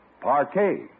Parquet